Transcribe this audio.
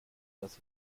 das